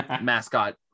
mascot